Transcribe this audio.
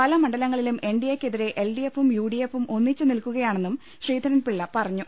പല മണ്ഡലങ്ങളിലും എൻഡിഎ ക്കെതിരെ എൽഡിഎഫും യുഡിഎഫും ഒന്നിച്ചു നിൽക്കുകയാണെന്നും ശ്രീധരൻപിളള പറഞ്ഞു